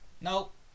Nope